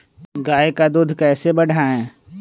गाय का दूध कैसे बढ़ाये?